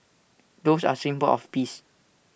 doves are A symbol of peace